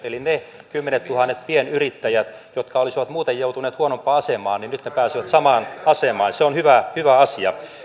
eli ne kymmenettuhannet pienyrittäjät jotka olisivat muuten joutuneet huonompaan asemaan nyt pääsevät samaan asemaan ja se on hyvä hyvä asia